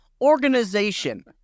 organization